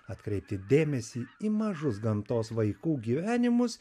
atkreipti dėmesį į mažus gamtos vaikų gyvenimus